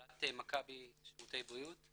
מהנהלת מכבי שירותי בריאות.